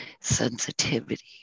sensitivity